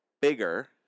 bigger